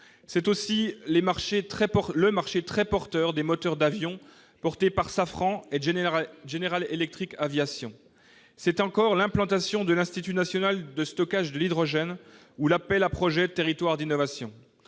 C'est aussi le marché très porteur des moteurs d'avions porté par Safran et General Electric Aviation. C'est encore l'implantation de l'Institut national de stockage d'hydrogène ou l'appel à projets « Territoires d'innovation